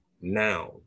noun